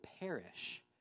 perish